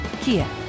Kia